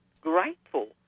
grateful